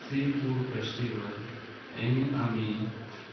sea food festival हें आमी